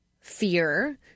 fear